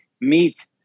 meet